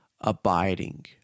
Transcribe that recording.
abiding